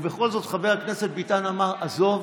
לא אמר כלום.